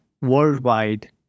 worldwide